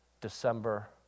December